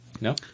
no